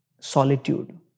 solitude